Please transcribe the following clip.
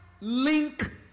link